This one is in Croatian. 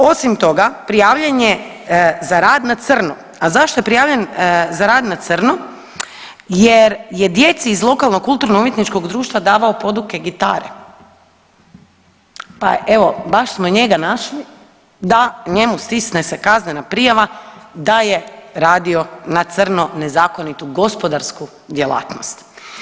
Osim toga prijavljen je za rad na crno, a zašto je prijavljen za rad na crno jer je djeci iz lokalnog kulturno-umjetničkog društva davao poduke gitare, pa evo baš smo njega našli da njemu sisne se kaznena prijava da je radio na crno nezakonitu gospodarsku djelatnost.